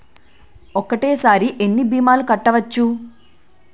ఒక్కటేసరి ఎన్ని భీమాలు కట్టవచ్చు?